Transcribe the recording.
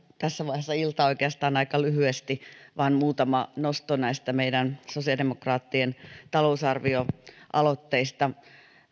tässä vaiheessa iltaa oikeastaan aika lyhyesti vain muutama nosto näistä meidän sosiaalidemokraattien talousarvioaloitteista